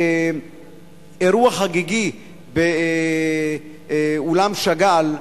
באירוע חגיגי באולם שאגאל,